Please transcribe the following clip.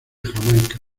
jamaica